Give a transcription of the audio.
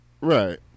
right